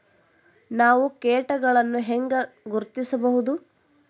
ನಾವು ಕೇಟಗಳನ್ನು ಹೆಂಗ ಗುರ್ತಿಸಬಹುದು?